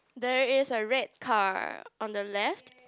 there is a red car on the left